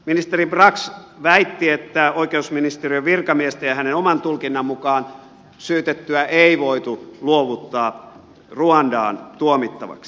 ministeri brax väitti että oikeusministeriön virkamiesten ja hänen oman tulkintansa mukaan syytettyä ei voitu luovuttaa ruandaan tuomittavaksi